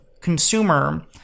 consumer